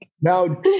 Now